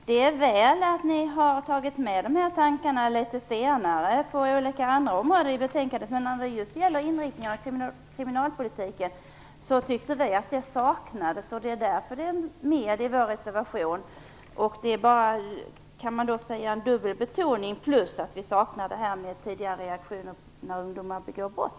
Herr talman! Det är väl att ni har tagit med dessa tankar litet senare inom andra områden. När det gäller inriktningen av kriminalpolitiken tyckte vi att det saknades. Därför tar vi med det i vår reservation. Det är en, kan man säga, dubbelbetoning plus att vi saknade detta med tidiga reaktioner när ungdomar begår brott.